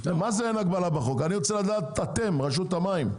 אני רוצה לדעת אתם, רשות המים.